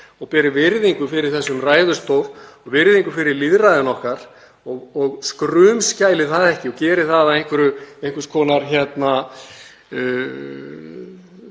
og beri virðingu fyrir þessum ræðustól, virðingu fyrir lýðræðinu okkar og skrumskæli það ekki og umbreyti því í einhvers konar